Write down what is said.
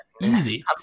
easy